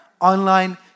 online